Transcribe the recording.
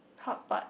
hotpot